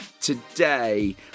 Today